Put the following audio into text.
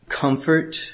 comfort